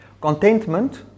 Contentment